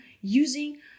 using